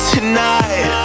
Tonight